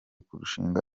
kurushinga